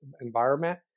environment